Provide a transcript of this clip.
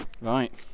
Right